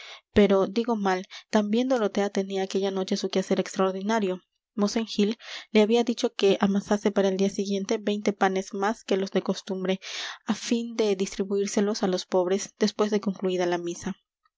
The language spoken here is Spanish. pero digo mal también dorotea tenía aquella noche su quehacer extraordinario mosén gil le había dicho que amasase para el día siguiente veinte panes más que los de costumbre á fin de distribuírselos á los pobres después de concluída la misa